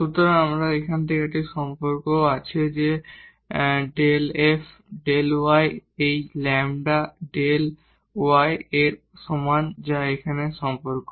সুতরাং আমাদের এখান থেকে এই সম্পর্ক আছে যে ∂ f ∂ y এই ϕyλ এর সমান যা এখানের সম্পর্ক